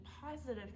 positive